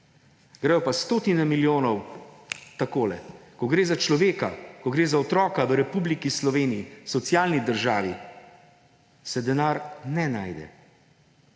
grejo pa stotine milijonov /tlesk s prsti/ takole, ko gre za človeka, ko gre za otroka v Republiki Sloveniji, socialni državi, se denar ne najde.